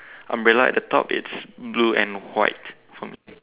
umbrella at the top it's blue and white for me